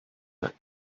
that